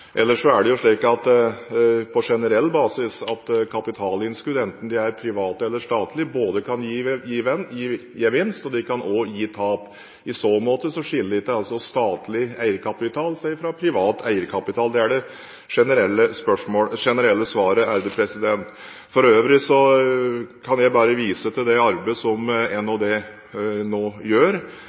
er det slik, på generell basis, at kapitalinnskudd – enten de er private eller statlige – kan gi gevinst, og de kan også gi tap. I så måte skiller ikke statlig eierkapital seg fra privat eierkapital. Det er det generelle svaret. For øvrig kan jeg bare vise til det arbeidet som NHD nå gjør. Samtidig vil jeg vise til det